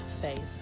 Faith